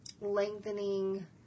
lengthening